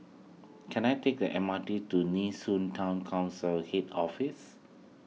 can I take the M R T to Nee Soon Town Council Head Office